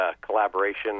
collaboration